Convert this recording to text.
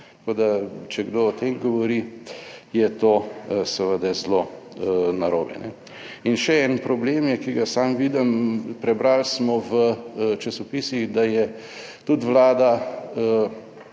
Tako da če kdo o tem govori, je to seveda zelo narobe. In še en problem je, ki ga sam vidim. Prebrali smo v časopisih, da je tudi Vlada